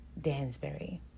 Dansbury